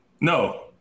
No